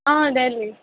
آ ڈہلی